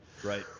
Right